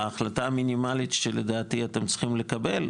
ההחלטה המינימלית שלדעתי אתם צריכים לקבל,